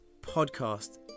podcast